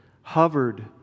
hovered